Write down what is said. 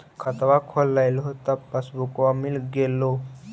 खतवा खोलैलहो तव पसबुकवा मिल गेलो?